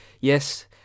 Yes